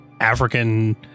African